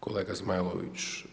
Kolega Zmajlović?